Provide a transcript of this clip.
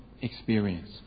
Experience